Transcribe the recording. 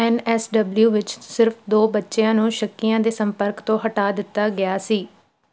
N S W ਵਿੱਚ ਸਿਰਫ ਦੋ ਬੱਚਿਆਂ ਨੂੰ ਸ਼ੱਕੀਆਂ ਦੇ ਸੰਪਰਕ ਤੋਂ ਹਟਾ ਦਿੱਤਾ ਗਿਆ ਸੀ